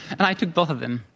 and i took both of them,